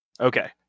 Okay